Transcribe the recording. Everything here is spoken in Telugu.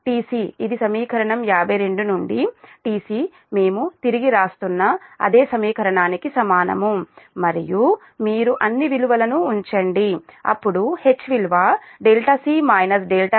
tc ఇది సమీకరణం 52 నుండి tc మేము తిరిగి వ్రాస్తున్న అదే సమీకరణానికి సమానం మరియు మీరు అన్ని విలువలను ఉంచండి అప్పుడు H విలువc 0πfPi అవుతుంది